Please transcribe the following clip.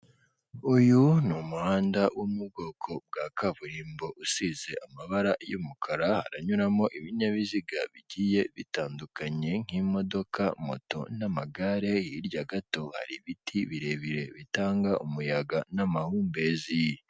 Uyu ni umuhanda wo mu bwoko bwa kaburimbo usize amabara y'umukara, haranyuramo ibinyabiziga bigiye bitandukanye nk'imodoka, moto n'amagare, hirya gato hari ibiti birebire bitanga umuyaga n'amahumbezi.